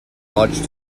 lodge